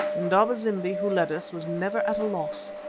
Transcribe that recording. indaba-zimbi, who led us, was never at a loss,